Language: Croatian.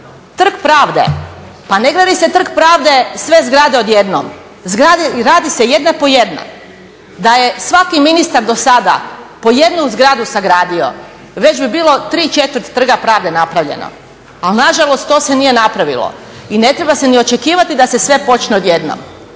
Trg pravde, pa ne gradi se Trg pravde sve zgrade odjednom, radi se jedna po jedna. Da je svaki ministar do sada po jednu zgradu sagradio, već bi bilo tri četvrt Trga pravde napravljeno, ali nažalost to se nije napravilo i ne treba se ni očekivati da se sve počne odjednom.